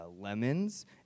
Lemons